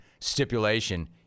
Stipulation